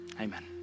amen